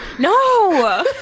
No